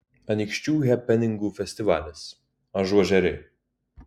anykščių hepeningų festivalis ažuožeriai